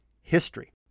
history